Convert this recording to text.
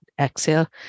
Exhale